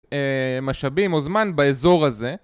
משאבים או זמן באזור הזה